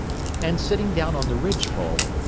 and, sitting down on the ridgepole,